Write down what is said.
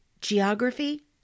geography